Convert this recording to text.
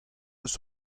eus